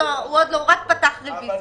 רק פתחנו ברוויזיה.